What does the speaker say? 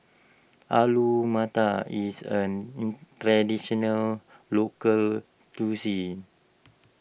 Alu Matar is an Traditional Local Cuisine